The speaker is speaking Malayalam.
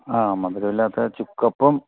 ആ മധുരമില്ലാത്ത ചുക്കപ്പം